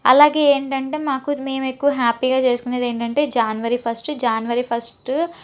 అలాగే ఏంటంటే మాకు మేము ఎక్కువగా హ్యాపీగా చేసుకునేది ఏంటంటే జాన్వరి ఫస్ట్ జాన్వరి ఫస్టు